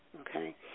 Okay